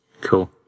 Cool